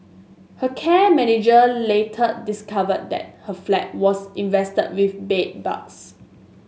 her care manager later discovered that her flat was infested with bedbugs